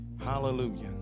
Hallelujah